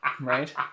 Right